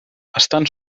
estan